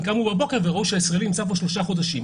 קמו בבוקר וראו שהישראלי נמצא פה שלושה חודשים.